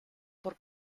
por